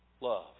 Love